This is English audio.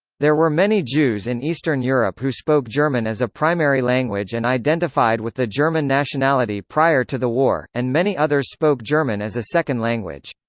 there were many jews in eastern europe who spoke german as a primary language and identified with the german nationality prior to the war, and many others spoke german as a second language.